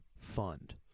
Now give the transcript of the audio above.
fund